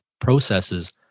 processes